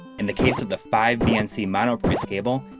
in the case of the five bnc monoprice cable,